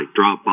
Dropbox